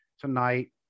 tonight